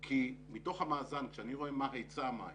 כי מתוך המאזן, כשאני רואה מה היצע המים